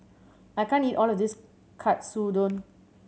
I can't eat all of this Katsudon